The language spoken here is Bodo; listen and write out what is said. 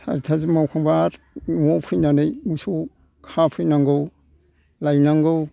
सारिथासिम मावखांबा आरो न'आव फैनानै मोसौ खाफैनांगौ लायनांगौ